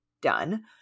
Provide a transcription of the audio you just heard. done